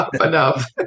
enough